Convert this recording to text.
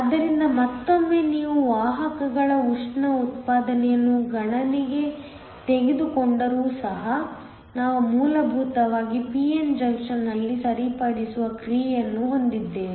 ಆದ್ದರಿಂದ ಮತ್ತೊಮ್ಮೆ ನೀವು ವಾಹಕಗಳ ಉಷ್ಣ ಉತ್ಪಾದನೆಯನ್ನು ಗಣನೆಗೆ ತೆಗೆದುಕೊಂಡರೂ ಸಹ ನಾವು ಮೂಲಭೂತವಾಗಿ p n ಜಂಕ್ಷನ್ನಲ್ಲಿ ಸರಿಪಡಿಸುವ ಕ್ರಿಯೆಯನ್ನು ಹೊಂದಿದ್ದೇವೆ